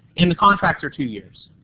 and contracts are two years,